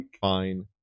fine